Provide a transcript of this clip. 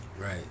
Right